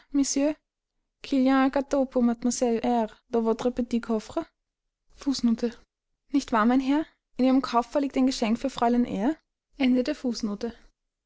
nicht wahr mein herr in ihrem koffer liegt ein geschenk für fräulein eyre